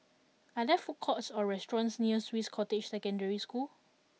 are there food courts or restaurants near Swiss Cottage Secondary School